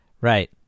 Right